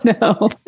no